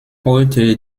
heute